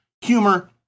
humor